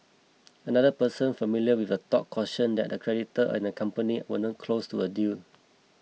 another person familiar with the talk cautioned that the creditor and the company weren't close to a deal